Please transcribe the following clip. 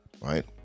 right